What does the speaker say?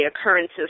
occurrences